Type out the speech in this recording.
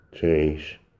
change